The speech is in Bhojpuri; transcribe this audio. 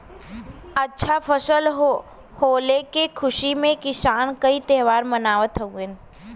अच्छा फसल होले के खुशी में किसान कई त्यौहार मनावत हउवन